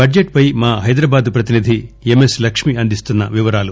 budget పై మా హైదరాబాద్ ప్రతినిధి ఎం ఎస్ లక్ష్మి అందిస్తున్న వివరాలు